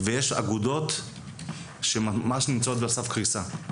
ויש אגודות שממש נמצאות על סף קריסה.